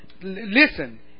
listen